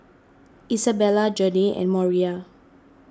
Isabella Janey and Moriah